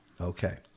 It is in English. Okay